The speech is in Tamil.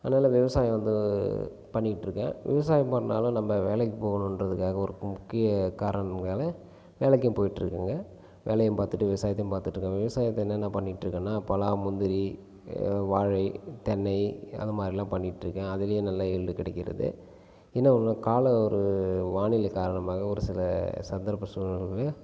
அதனால் விவசாயம் வந்து பண்ணிட்டுருக்கேன் விவசாயம் பண்ணாலும் நம்ம வேலைக்குப் போகணுன்றதுக்காக ஒரு முக்கிய காரணங்களால் வேலைக்கும் போயிட்டுருக்கேங்க வேலையும் பார்த்துட்டு விவசாயத்தையும் பார்த்துட்டு இருக்கேன் விவசாயத்தை என்னென்ன பண்ணிக்கிட்டு இருக்கனா பலா முந்திரி வாழை தென்னை அதுமாரிலாம் பண்ணிட்டுருக்கேன் அதுலே நல்லா ஈல்டு கிடைக்கிறது என்ன ஒன்றுனா கால ஒரு வானிலை காரணமாக ஒரு சில சந்தர்ப்ப சூழ்நிலைகளையும்